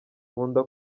nkunda